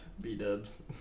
B-dubs